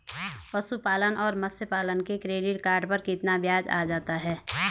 पशुपालन और मत्स्य पालन के क्रेडिट कार्ड पर कितना ब्याज आ जाता है?